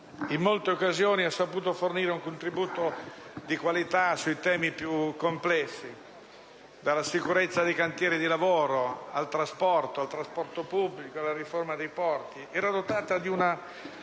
In molte occasioni ha saputo fornire un contributo di qualità sui temi più complessi, dalla sicurezza dei cantieri di lavoro al trasporto, al trasporto pubblico, alla riforma dei porti.